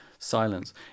Silence